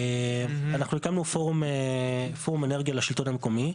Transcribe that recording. הקמנו פורום אנרגיה לשלטון המקומי.